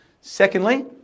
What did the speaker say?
Secondly